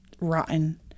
rotten